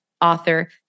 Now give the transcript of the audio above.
author